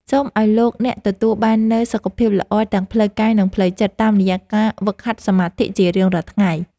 សូមឱ្យលោកអ្នកទទួលបាននូវសុខភាពល្អទាំងផ្លូវកាយនិងផ្លូវចិត្តតាមរយៈការហ្វឹកហាត់សមាធិជារៀងរាល់ថ្ងៃ។